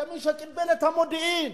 כמי שקיבל את המודיעין,